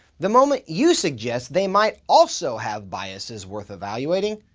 the moment you suggest they might also have biases worth evaluating,